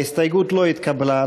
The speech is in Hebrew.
ההסתייגות לא התקבלה.